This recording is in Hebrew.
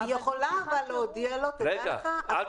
היא